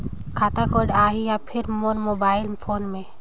खाता कोड आही या फिर मोर मोबाइल फोन मे?